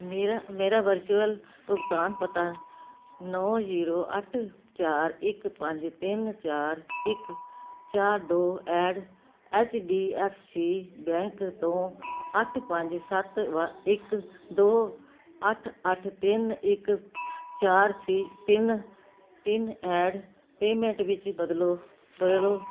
ਮੇਰਾ ਮੇਰਾ ਵਰਚੁਅਲ ਭੁਗਤਾਨ ਪਤਾ ਨੌਂ ਜ਼ੀਰੋ ਅੱਠ ਚਾਰ ਇੱਕ ਪੰਜ ਤਿੰਨ ਚਾਰ ਇੱਕ ਚਾਰ ਦੋ at H D F C bank ਤੋਂ ਅੱਠ ਪੰਜ ਸੱਤ ਵ ਇੱਕ ਦੋ ਅੱਠ ਅੱਠ ਤਿੰਨ ਇੱਕ ਚਾਰ ਥਰੀ ਤਿੰਨ ਤਿੰਨ ਐਟ ਪੇਮੈਂਟ ਵਿੱਚ ਬਦਲੋ ਬਦਲੋ